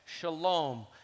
shalom